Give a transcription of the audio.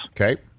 Okay